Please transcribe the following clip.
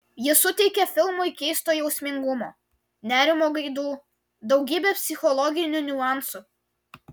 ji suteikia filmui keisto jausmingumo nerimo gaidų daugybę psichologinių niuansų